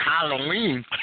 Halloween